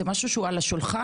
זה משהו שנמצא על השולחן,